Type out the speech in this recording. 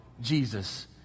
Jesus